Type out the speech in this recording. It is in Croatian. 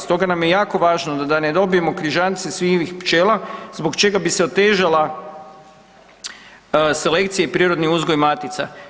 Stoga nam je jako važno da ne dobijemo križance sivih pčela zbog čega bi se otežala selekcija i prirodni uzgoj matica.